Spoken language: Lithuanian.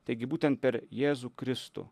taigi būtent per jėzų kristų